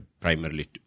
primarily